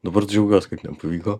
dabar džiaugiuos kad nepavyko